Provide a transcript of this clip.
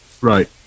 Right